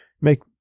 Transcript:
make